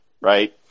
right